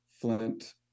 Flint